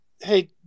Hey